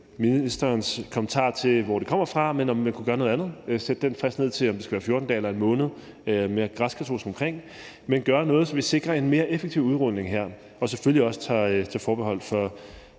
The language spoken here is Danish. ministerens kommentarer til, hvor det kommer fra. Men jeg vil tage op, om man kunne gøre noget andet – f.eks. sætte den frist ned, om det skal være til 14 dage eller 1 måned, er jeg græskkatolsk omkring, men gøre noget, så vi sikrer en mere effektiv udrulning her og selvfølgelig også tager forbehold for